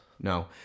No